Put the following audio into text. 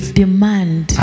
demand